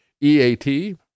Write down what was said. EAT